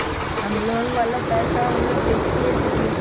हम लोन वाला पैसा ऑनलाइन कईसे दे सकेलि ह?